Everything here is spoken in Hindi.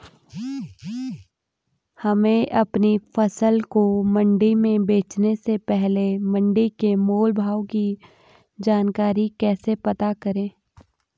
हमें अपनी फसल को मंडी में बेचने से पहले मंडी के मोल भाव की जानकारी कैसे पता करें?